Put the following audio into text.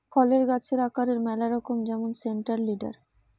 ফলের গাছের আকারের ম্যালা রকম যেমন সেন্ট্রাল লিডার